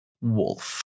wolf